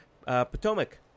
Potomac